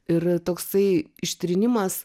ir toksai ištrynimas